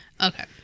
Okay